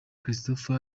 christopher